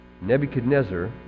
Nebuchadnezzar